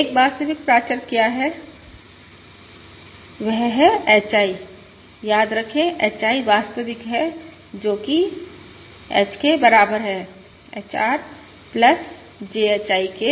एक वास्तविक प्राचर क्या है वह है HI याद रखें H I वास्तविक है जो कि H बराबर है HR J HI के